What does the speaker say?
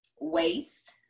waste